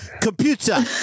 computer